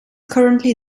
currently